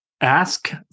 ask